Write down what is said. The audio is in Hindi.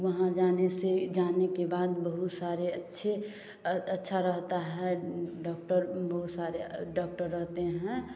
वहाँ जाने से जाने के बाद बहुत सारे अच्छे अच्छा रहता है डॉक्टर बहुत सारे डॉक्टर रहते हैं